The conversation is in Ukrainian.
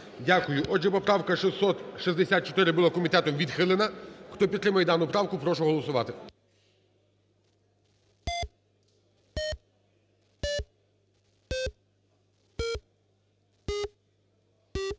Дякую. Отже, поправка 664 була комітетом відхилена. Хто підтримує дану правку, прошу голосувати.